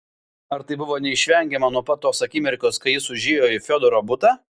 ar tai buvo neišvengiama nuo pat tos akimirkos kai jis užėjo į fiodoro butą